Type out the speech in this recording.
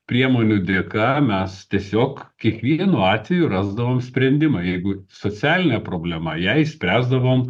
priemonių dėka mes tiesiog kiekvienu atveju rasdavom sprendimą jeigu socialinė problema ją išspręsdavom